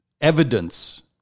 evidence